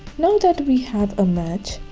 now that we have a match,